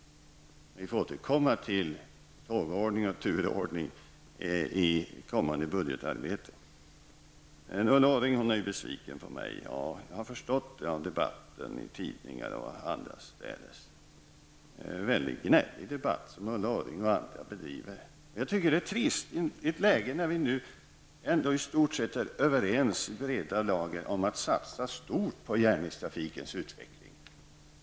Vi får återkomma till tåg och turordning i kommande budgetarbete. Att Ulla Orring är besviken på mig har jag förstått av den debatt som förts i tidningar och annorstädes. Själv tycker jag att Ulla Orring och andra för en mycket gnällig debatt. Det är mycket trist när vi ändå i stort sett är överens om att satsa stort på järnvägstrafikens utveckling.